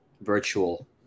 virtual